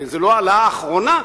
וזאת לא ההעלאה האחרונה,